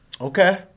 Okay